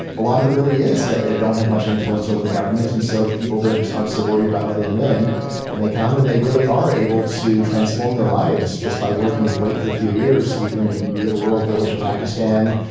a lot of it really is that they don't have much influence over the government. and so the people there just aren't so worried about letting them in and they come and they really are able to transform their lives just by working in kuwait for a few years. you can be in a rural village in pakistan.